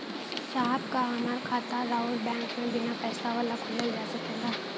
साहब का हमार खाता राऊर बैंक में बीना पैसा वाला खुल जा सकेला?